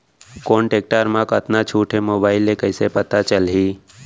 कोन टेकटर म कतका छूट हे, मोबाईल ले कइसे पता चलही?